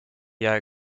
jää